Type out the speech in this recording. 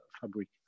fabric